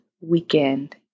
weekend